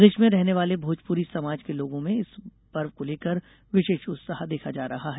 प्रदेश में रहने वाले भोजपुरी समाज के लोगों में इस पर्व को लेकर विशेष उत्साह देखा जा रहा है